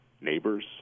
neighbors